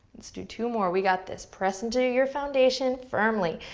let's do two more, we got this. press into your foundation firmly.